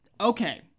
okay